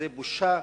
זה בושה,